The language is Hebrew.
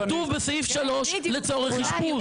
כתוב בסעיף 3 לצורך אשפוז.